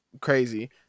crazy